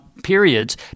periods